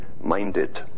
minded